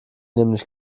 nämlich